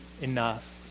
enough